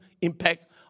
impact